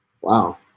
Wow